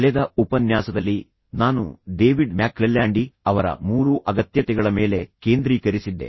ಕಳೆದ ಉಪನ್ಯಾಸದಲ್ಲಿ ನಾನು ಡೇವಿಡ್ ಮ್ಯಾಕ್ಕ್ಲೆಲ್ಯಾಂಡಿ ಅವರ ಮೂರು ಅಗತ್ಯತೆಗಳ ಮೇಲೆ ಕೇಂದ್ರೀಕರಿಸಿದ್ದೆ